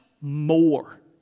more